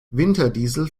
winterdiesel